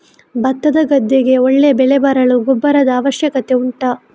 ಭತ್ತದ ಗದ್ದೆಗೆ ಒಳ್ಳೆ ಬೆಳೆ ಬರಲು ಗೊಬ್ಬರದ ಅವಶ್ಯಕತೆ ಉಂಟಾ